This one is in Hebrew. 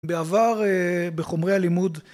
בעבר בחומרי הלימוד